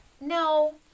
No